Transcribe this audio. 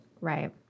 right